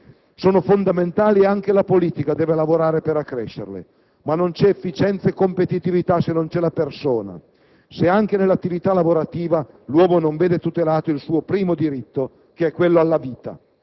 L'efficienza, il profitto, la capacità competitiva delle imprese sono fondamentali e anche la politica deve lavorare per accrescerle, ma non vi sono efficienza e competitività se non vi è la persona,